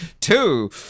two